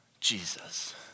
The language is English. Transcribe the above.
Jesus